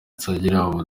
tsvangirai